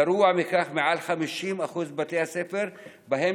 גרוע מכך: ביותר מ-50% מבתי הספר שבהם